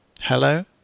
Hello